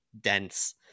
dense